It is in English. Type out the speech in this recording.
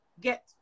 get